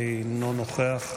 אינו נוכח,